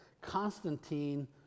Constantine